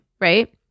right